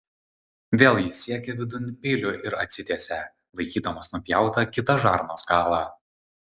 vėl jis siekė vidun peiliu ir atsitiesė laikydamas nupjautą kitą žarnos galą